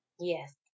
Yes